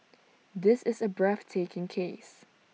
this is A breathtaking case